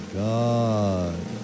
god